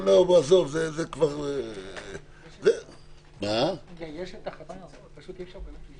יש את החציצות, פשוט אי-אפשר באמת לשמוע.